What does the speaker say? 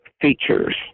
features